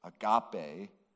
agape